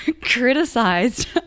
criticized